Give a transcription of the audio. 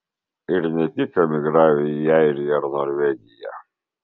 ir ne tik emigravę į airiją ar norvegiją